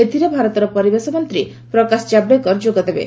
ଏଥିରେ ଭାରତର ପରିବେଶ ମନ୍ତ୍ରୀ ପ୍ରକାଶ କାବ୍ଡେକର ଯୋଗଦେବେ